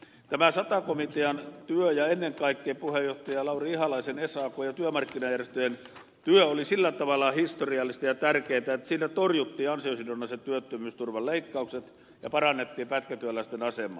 tämä sata komitean työ ja ennen kaikkea puheenjohtaja lauri ihalaisen sakn ja työmarkkinajärjestöjen työ oli sillä tavalla historiallista ja tärkeätä että siinä torjuttiin ansiosidonnaisen työttömyysturvan leikkaukset ja parannettiin pätkätyöläisten asemaa